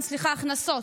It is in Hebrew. הכנסות,